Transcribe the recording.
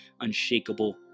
unshakable